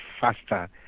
faster